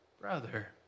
brother